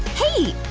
hey!